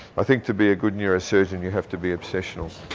i think to be a good neurosurgeon you have to be obsessional.